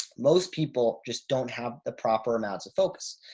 most people just don't have the proper amounts of focus.